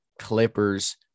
Clippers